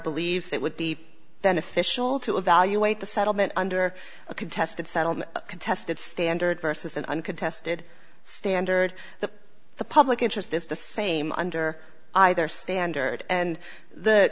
believes it would be beneficial to evaluate the settlement under a contested settlement contested standard versus an uncontested standard that the public interest is the same under either standard and the